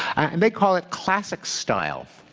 and they call it classic style.